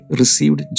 received